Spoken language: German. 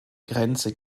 grenze